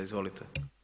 Izvolite.